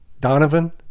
Donovan